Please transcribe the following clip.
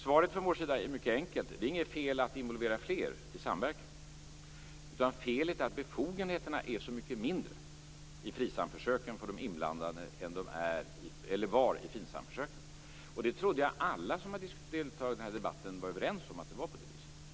Svaret från vår sida är mycket enkelt. Det är inget fel att involvera fler i samverkan. Felet är att befogenheterna är så mycket mindre för de inblandade i FRISAM-försöken än vad de var i FINSAM försöken. Och jag trodde att alla som har deltagit i denna debatt var överens om att det var på det viset.